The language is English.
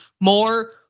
more